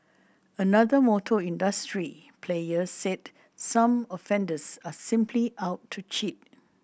another motor industry player said some offenders are simply out to cheat